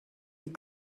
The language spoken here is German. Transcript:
die